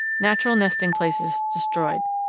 natural nesting places destroyed.